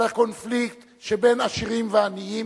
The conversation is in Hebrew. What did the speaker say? על הקונפליקט שבין עשירים ועניים,